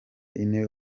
ine